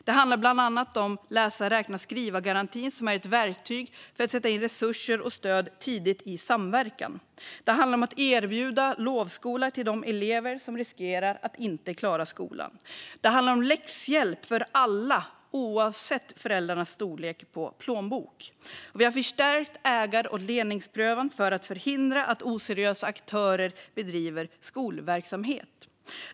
Det handlar bland annat om läsa-räkna-skriva-garantin, som är ett verktyg för att sätta in resurser och stöd tidigt i samverkan. Det handlar om att erbjuda lovskola till de elever som riskerar att inte klara skolan. Det handlar om läxhjälp för alla, oavsett föräldrarnas storlek på plånbok. Vi har förstärkt ägar och ledningsprövning för att förhindra att oseriösa aktörer bedriver skolverksamhet.